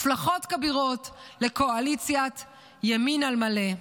הצלחות כבירות לקואליציית ימין על מלא.